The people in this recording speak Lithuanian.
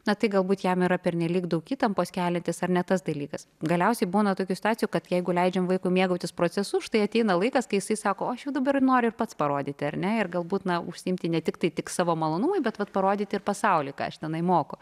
na tai galbūt jam yra pernelyg daug įtampos keliantis ar ne tas dalykas galiausiai būna tokių situacijų kad jeigu leidžiam vaikui mėgautis procesu štai ateina laikas kai jisai sako o aš jau dabar noriu pats parodyti ar ne ir galbūt na užsiimti ne tiktai tik savo malonumui bet vat parodyti pasauliui ką aš tenai moku